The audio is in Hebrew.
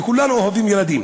וכולנו אוהבים ילדים